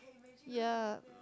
ya